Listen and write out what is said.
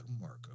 Marco